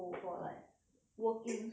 walking so she can wear to work